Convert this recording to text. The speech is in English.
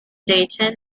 dayton